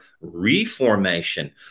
reformation